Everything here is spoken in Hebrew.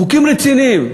חוקים רציניים.